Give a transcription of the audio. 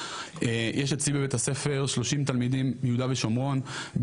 יש אצלי בבית הספר 30 תלמידים מיהודה ושומרון,